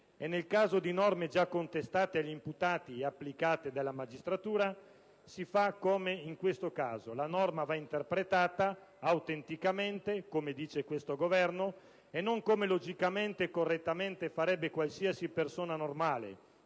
E nel caso di norme già contestate agli imputati e applicate dalla magistratura, si fa come in questo caso: la norma va interpretata, autenticamente, come dice questo Governo e non come logicamente e correttamente farebbe qualsiasi persona normale,